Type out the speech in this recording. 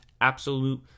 absolute